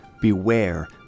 Beware